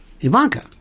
Ivanka